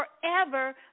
forever